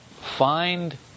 Find